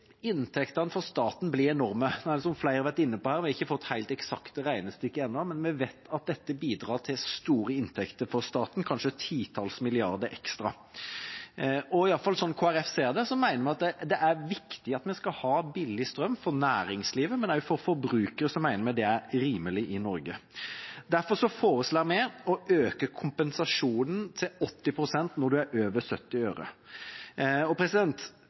inntektene for staten blir enorme. Nå har vi ikke, som flere har vært inne på her, fått helt eksakte regnestykker ennå, men vi vet at dette bidrar til store inntekter for staten, kanskje titalls milliarder ekstra. I Kristelig Folkeparti mener vi at det er viktig at vi skal ha billig strøm for næringslivet, men også for forbrukere mener vi det skal være rimelig i Norge. Derfor foreslår vi å øke kompensasjonen til 80 pst. når det er over 70 øre.